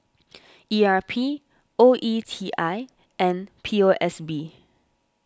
E R P O E T I and P O S B